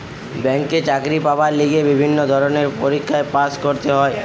ব্যাংকে চাকরি পাবার লিগে বিভিন্ন ধরণের পরীক্ষায় পাস্ করতে হয়